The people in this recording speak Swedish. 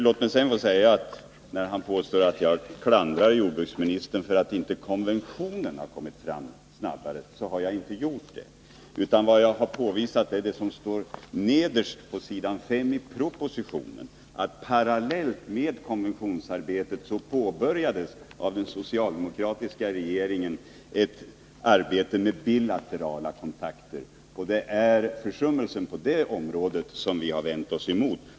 Lennart Brunander säger att jag klandrar jordbruksministern för att konventionen inte har kommit fram snabbare, men det har jag inte gjort. Jag har påvisat det som står nederst på s. 5 i propositionen, nämligen att parallellt med konvetionsarbetet påbörjade den socialdemokratiska regeringen ett arbete med bilaterala kontakter. Det är försummelsen på det området som vi har vänt oss mot.